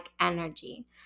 energy